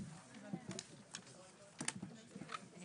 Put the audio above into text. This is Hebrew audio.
הישיבה ננעלה בשעה 12:54.